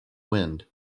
wind